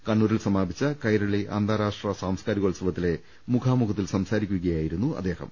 കണ്ണൂരിൽ സമാപിച്ച കൈരളി അന്താരാഷ്ട്ര സാംസ്കാരിക്കോത്സവത്തിലെ മുഖാമുഖത്തിൽ സംസാരിക്കുകയായിരുന്നു അദ്ദേഹം